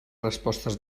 respostes